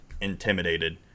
intimidated